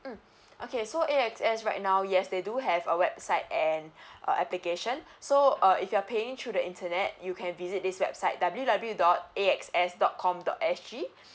mm okay so A_X_S right now yes they do have a website and uh application so uh if you're paying through the internet you can visit this website w w dot a x s dot com dot s g